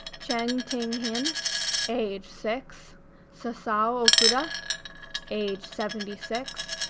cheng ting-hin age six susao okuda age seventy six,